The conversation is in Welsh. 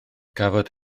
cafodd